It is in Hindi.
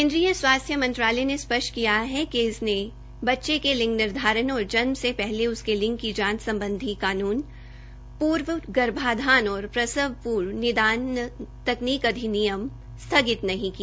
केन्द्रीय स्वास्थ्य मंत्रालय ने स्पष्ट किया है कि इसने बच्चे के लिंग निर्धारण और जन्म से पहले उसके लिंग की जांच संबंधी कानून पूर्व गर्भाधान और प्रसव पूर्व निदान तकनीक अधिनियम पीसी एण्ड पीएनडीटी एक्ट स्थगित नहीं किया